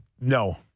No